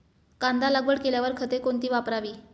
कांदा लागवड केल्यावर खते कोणती वापरावी?